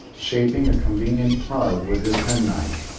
shaping a convenient plug with his penknife,